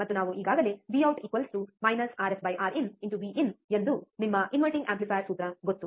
ಮತ್ತು ನಾವು ಈಗಾಗಲೇ Vout RfRin Vin ಎಂದು ನಿಮ್ಮ ಇನ್ವರ್ಟಿಂಗ್ ಆಂಪ್ಲಿಫಯರ್ ಸೂತ್ರ ಗೊತ್ತು